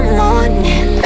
morning